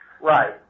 Right